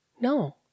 No